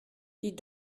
die